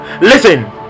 Listen